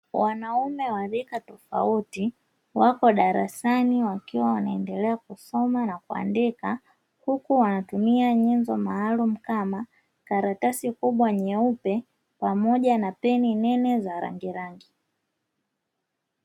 Wanaume wa rika tofauti wapo darasani wakiwa wanaendelea kusoma na kuandika, huku wanatumia nyenzo maalumu kama karatasi kubwa nyeupe pamoja na peni nene za rangirangi.